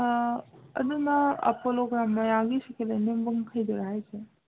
ꯑꯗꯨꯅ ꯄꯣꯂꯣꯒ꯭ꯔꯥꯎꯟ ꯃꯌꯥꯒꯤ ꯁꯦꯀꯦꯟ ꯍꯦꯟ ꯌꯣꯟꯐꯝ ꯃꯈꯩꯗꯨꯔꯣ ꯍꯥꯏꯔꯤꯁꯦ